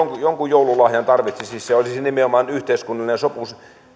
jonkun joululahjan tarvitsisi se olisi nimenomaan yhteiskunnallinen sopu